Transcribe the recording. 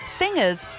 singers